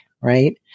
right